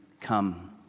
come